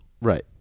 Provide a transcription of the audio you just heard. Right